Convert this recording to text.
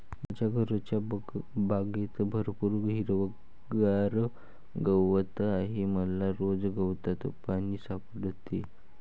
माझ्या घरच्या बागेत भरपूर हिरवागार गवत आहे मला रोज गवतात पाणी सापडते